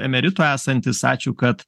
emeritu esantis ačiū kad